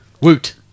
Woot